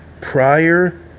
prior